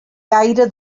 gaire